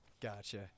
Gotcha